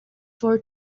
for